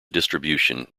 distribution